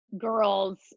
girls